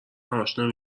همشونو